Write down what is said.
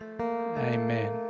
Amen